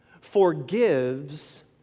forgives